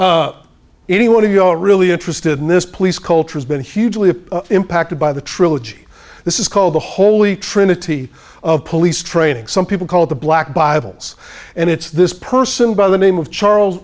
anyone who you know really interested in this police culture has been hugely impacted by the trilogy this is called the holy trinity of police training some people call it the black bibles and it's this person by the name of charles